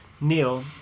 Neil